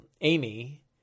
Amy